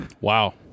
Wow